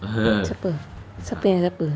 siapa siapa yang siapa